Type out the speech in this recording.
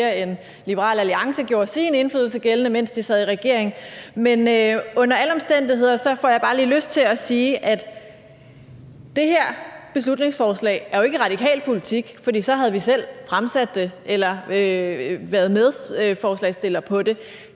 end Liberal Alliance gjorde sin indflydelse gældende, mens de sad i regering. Men under alle omstændigheder får jeg bare lige lyst til at sige, at det her beslutningsforslag jo ikke er radikal politik, for så havde vi selv fremsat det eller været medforslagsstillere på det.